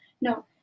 No